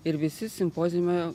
ir visi simpoziume